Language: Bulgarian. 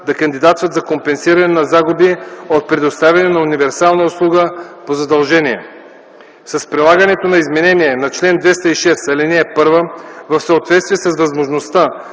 да кандидатстват за компенсиране на загуби от предоставяне на универсална услуга по задължение. С предлаганото изменение на чл. 206, ал. 1 в съответствие с възможността,